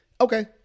okay